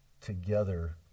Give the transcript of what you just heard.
together